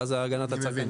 ואז הגנת הצרכן --- כן,